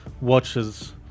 watches